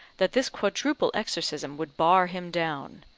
that this quadruple exorcism would bar him down.